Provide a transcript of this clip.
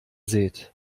sät